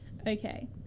Okay